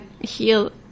heal